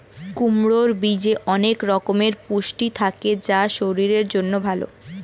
কুমড়োর বীজে অনেক রকমের পুষ্টি থাকে যা শরীরের জন্য ভালো